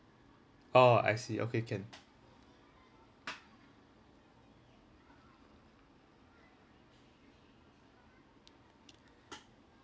orh I see okay can